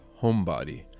Homebody